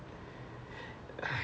so you expert at that now lah